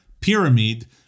pyramid